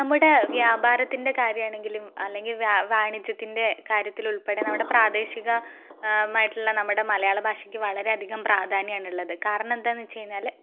നമ്മുടെ വ്യാപാരത്തിൻ്റെ കാര്യമാണെങ്കിലും അല്ലെങ്കിൽ വാണിജ്യത്തിൻ്റെ കാര്യത്തിൽ ഉൾപ്പെടെ നമ്മുടെ പ്രാദേശിക മായിട്ടുള്ള നമ്മുടെ മലയാള ഭാഷയ്ക്ക് വളരെ അധികം പ്രാധാന്യമാണ് ഉള്ളത് കാരണം എന്താണെന്ന് വച്ചു കഴിഞ്ഞാൽ